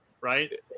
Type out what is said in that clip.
right